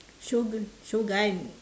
Shogun Shogun